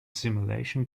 simulation